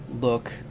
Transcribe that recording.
look